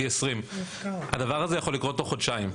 T20. הדבר הזה יכול לקרות תוך חודשיים.